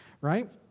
right